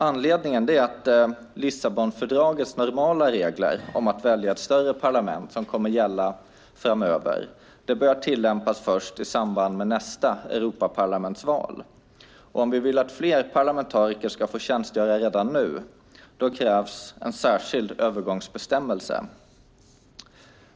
Anledningen är att Lissabonfördragets normala regler om att välja ett större parlament som kommer att gälla framöver börjar tillämpas först i samband med nästa Europaparlamentsval. Om vi vill att fler parlamentariker ska få tjänstgöra redan nu krävs en särskild övergångsbestämmelse.